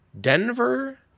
Denver